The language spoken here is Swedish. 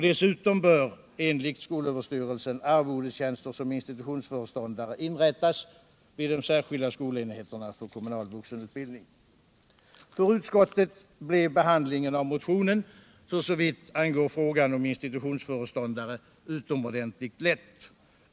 Dessutom bör enligt skolöverstyrelsen arvodestjänster som institutionsföreståndare inrättas vid de särskilda skolenheterna för kommunal vuxenutbildning. För utskottet blev behandlingen av motionen när det gäller frågan om institutionsföreståndare utomordentligt lätt.